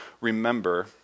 remember